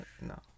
No